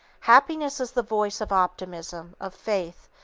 happiness is the voice of optimism, of faith,